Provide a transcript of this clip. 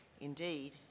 Indeed